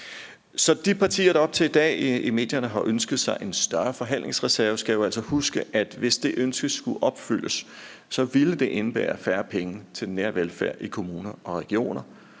de partier, der op til i dag i medierne har ønsket sig en større forhandlingsreserve, skal jo altså huske, at hvis det ønske skulle opfyldes, ville det indebære færre penge til den nære velfærd i kommuner og regioner.